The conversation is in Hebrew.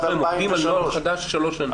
עובדים על נוהל חדש שלוש שנים.